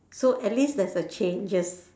so at least there's a changes